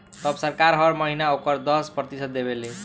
तब सरकार हर महीना ओकर दस प्रतिशत देवे ले